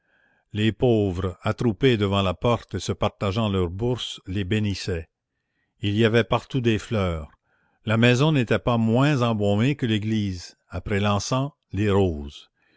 les pauvres attroupés devant la porte et se partageant leurs bourses les bénissaient il y avait partout des fleurs la maison n'était pas moins embaumée que l'église après l'encens les roses